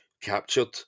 captured